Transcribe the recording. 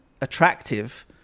attractive